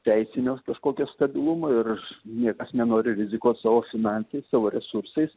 teisinio kažkokio stabilumo ir niekas nenori rizikuot savo finansais savo resursais